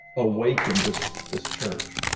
awakened this this church.